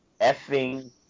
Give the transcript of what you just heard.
effing